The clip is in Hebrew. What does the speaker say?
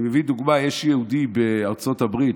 אני מביא דוגמה: יש יהודי בארצות הברית,